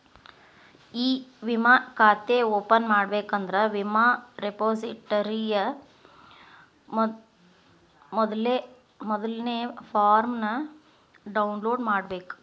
E ವಿಮಾ ಖಾತೆ open ಮಾಡಬೇಕಂದ್ರ ವಿಮಾ ರೆಪೊಸಿಟರಿಯ ಮೊದಲ್ನೇ ಫಾರ್ಮ್ನ ಡೌನ್ಲೋಡ್ ಮಾಡ್ಬೇಕ